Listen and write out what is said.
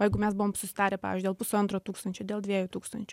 o jeigu mes buvom susitarę pavyzdžiui dėl pusantro tūkstančio dėl dviejų tūkstančių